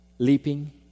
leaping